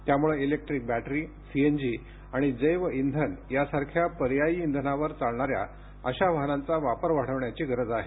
त्यामुळे electric battery CNG आणि जैव इंधन यासारख्या पर्यायी इंधनांवर चालणाऱ्या अशा वाहनांचा वापर वाढवण्याची गरज आहे